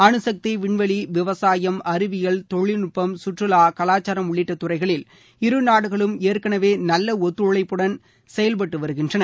அனுசக்தி விண்வெளி விவசாயம் அறிவியல் தொழில்நுட்பம் சுற்றுவா கலாச்சாரம் உள்ளிட்ட துறைகளில் இருநாடுகளும் ஏற்கனவே நல்ல ஒத்துழைப்புடன் செயல்பட்டு வருகின்றன